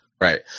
Right